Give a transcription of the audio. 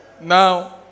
Now